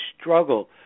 struggle